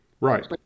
Right